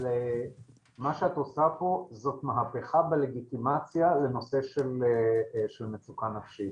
מה שאת עושה פה זאת מהפכה בלגיטימציה לנושא של מצוקה נפשית.